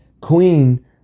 queen